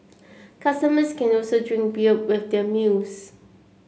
customers can also drink beer with their meals